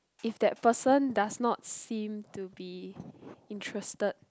if that person does not seem to be interested